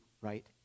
right